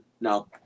No